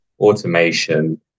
Automation